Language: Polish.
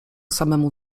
samemu